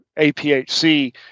APHC